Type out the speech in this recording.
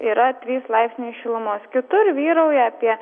yra trys laipsniai šilumos kitur vyrauja apie